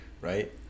right